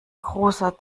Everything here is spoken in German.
großer